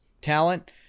talent